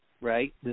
right